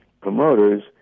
promoters